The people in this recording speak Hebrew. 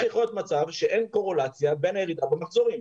זה הופך להיות מצב שאין קורלציה בין הירידה במחזורים.